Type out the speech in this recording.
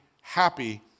happy